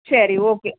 சரி ஓகே